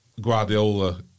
Guardiola